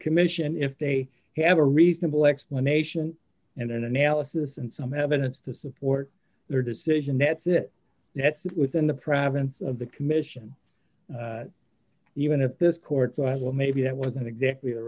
commission if they have a reasonable explanation and an analysis and some evidence to support their decision that's it that's within the province of the commission even at this court so i will maybe that wasn't exactly the